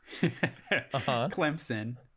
Clemson